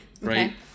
right